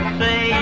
say